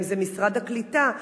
אם זה משרד הקליטה,